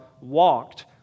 walked